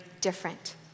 different